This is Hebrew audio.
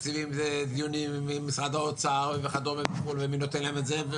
דיונים עם משרד האוצר וכדומה ומי נותן להם את זה.